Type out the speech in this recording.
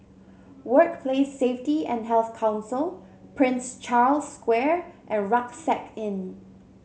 Workplace Safety and Health Council Prince Charles Square and Rucksack Inn